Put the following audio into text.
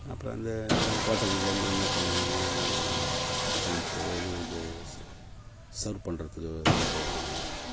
அப்புறம் இந்த ஹோட்டல் உள்ளேருந்து என்ன பண்ணுவாங்கன்னா டேம்ப்போ இது இந்த ச சர்வ் பண்ணுறத்துக்கு இதுக்கெலாம் போவாங்க